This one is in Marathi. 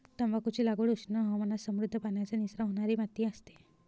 तंबाखूची लागवड उष्ण हवामानात समृद्ध, पाण्याचा निचरा होणारी माती असते